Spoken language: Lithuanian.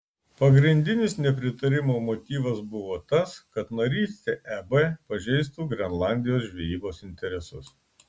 pagrindinis nepritarimo motyvas buvo tas kad narystė eb pažeistų grenlandijos žvejybos interesus